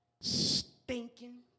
stinking